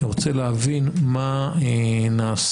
אני רוצה להבין מה נעשה,